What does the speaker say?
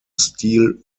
steel